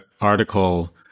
article